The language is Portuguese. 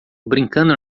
brincando